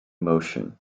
motion